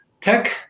tech